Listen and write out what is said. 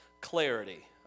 clarity